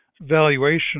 valuation